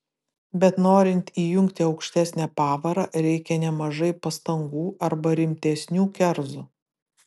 bet norint įjungti aukštesnę pavarą reikia nemažai pastangų arba rimtesnių kerzų